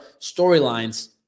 storylines